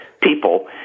people